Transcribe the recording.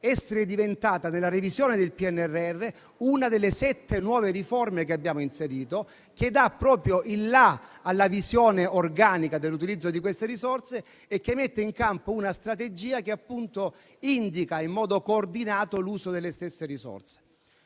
per caso, nella revisione del PNRR, una delle sette nuove riforme che abbiamo inserito, che dà proprio il "la" alla visione organica dell'utilizzo di queste risorse e mette in campo una strategia che indica in modo coordinato l'uso delle stesse risorse.